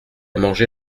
mangé